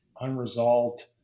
unresolved